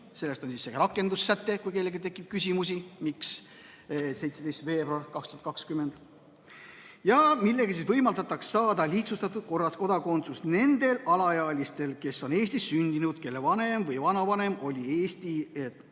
– jutt on siis rakendussättest, kui kellelgi tekib küsimusi, miks 17. veebruar 2020 –, millega võimaldatakse saada lihtsustatud korras kodakondsus nendel alaealistel, kes on Eestis sündinud, kelle vanem või vanavanem oli Eesti